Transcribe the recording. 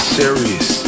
serious